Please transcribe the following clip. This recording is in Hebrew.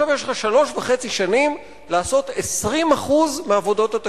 עכשיו יש לך שלוש שנים וחצי לעשות 20% מעבודות התשתית,